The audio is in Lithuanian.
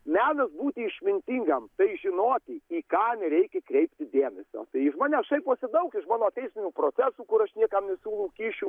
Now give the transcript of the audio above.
menas būti išmintingam tai žinoti į ką nereikia kreipti dėmesio tai iš manęs šaiposi daug iš mano teismų procesų kur aš niekam nesiūlau kyšių